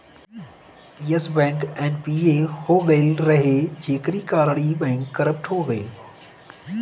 Yes Bank NPA हो गईल रहे जेकरी कारण इ बैंक करप्ट हो गईल